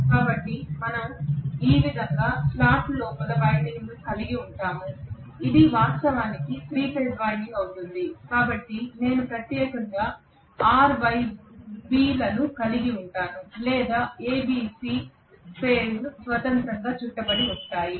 కాబట్టి మనం ఈ విధంగా స్లాట్ లోపల వైండింగ్లను కలిగి ఉంటాము ఇది వాస్తవానికి 3 ఫేజ్ వైండింగ్ అవుతుంది కాబట్టి నేను ప్రత్యేకంగా R Y B ను కలిగి ఉంటాను లేదా A B C ఫేజ్ స్వతంత్రంగా చుట్టబడి ఉంటాయి